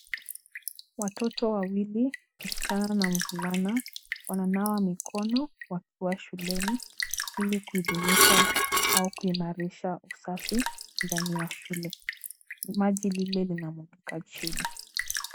Watoto wawili, msichana na mvulana wananawa mikono wakiwa shuleni ili kuidhinisha au kuimarisha usafi ndani ya shule. Limaji lile linamwagika chini.